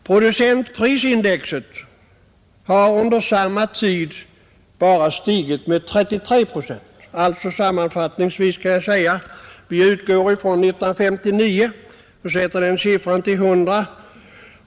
Producentprisindex har under samma tid bara stigit med 33 procent. Sammanfattningsvis kan man alltså säga: Vi utgår från 1959 och sätter den siffran till 100.